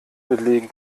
belegen